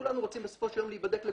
כולנו רוצים בסופו של יום להיבדק לגופנו,